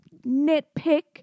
nitpick